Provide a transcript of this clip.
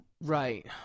Right